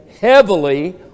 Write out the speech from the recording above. heavily